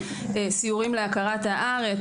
סיורים להכרת הארץ,